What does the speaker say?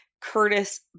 Curtis